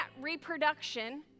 reproduction